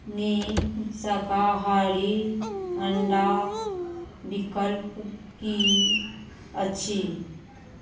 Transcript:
नीक शाकाहारी अण्डा विकल्प कि अछि